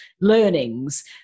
learnings